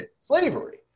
slavery